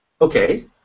okay